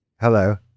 Hello